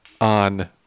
on